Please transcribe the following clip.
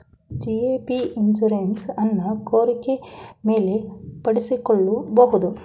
GAP insurance ಅನ್ನು ಕೋರಿಕೆ ಮೇಲೆ ಪಡಿಸಿಕೊಳ್ಳಬಹುದು